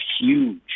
huge